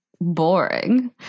boring